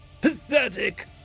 Pathetic